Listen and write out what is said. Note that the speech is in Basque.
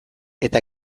eta